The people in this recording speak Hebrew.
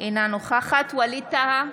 אינה נוכחת ווליד טאהא,